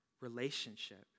relationship